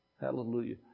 Hallelujah